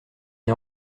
est